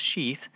sheath